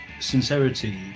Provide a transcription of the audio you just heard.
sincerity